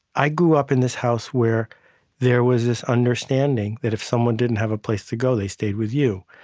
i grew up in this house where there was this understanding that if someone didn't have a place to go they stayed with you.